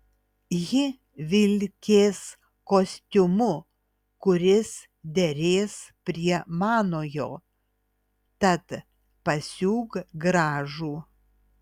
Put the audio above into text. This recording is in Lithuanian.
ji vilkės kostiumu kuris derės prie manojo tad pasiūk gražų